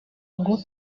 ngo